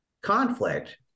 conflict